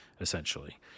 essentially